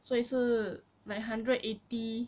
所以是 like hundred eighty